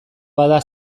bada